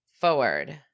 Forward